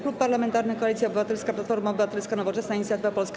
Klub Parlamentarny Koalicja Obywatelska - Platforma Obywatelska, Nowoczesna, Inicjatywa Polska,